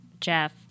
Jeff